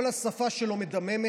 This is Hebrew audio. כל השפה שלו מדממת.